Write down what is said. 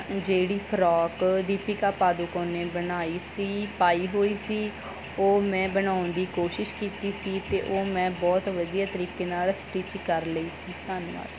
ਜਿਹੜੀ ਫਰੋਕ ਦੀਪਿਕਾ ਪਾਦੂਕੋਨ ਨੇ ਬਣਾਈ ਸੀ ਪਾਈ ਹੋਈ ਸੀ ਉਹ ਮੈਂ ਬਣਾਉਣ ਦੀ ਕੋਸ਼ਿਸ਼ ਕੀਤੀ ਸੀ ਅਤੇ ਉਹ ਮੈਂ ਬਹੁਤ ਵਧੀਆ ਤਰੀਕੇ ਨਾਲ ਸਟਿਚ ਕਰ ਲਈ ਸੀ ਧੰਨਵਾਦ